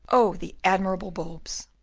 oh the admirable bulbs!